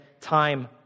time